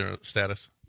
status